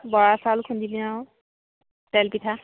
বৰা চাউল খুন্দিমেই আৰু তেল পিঠা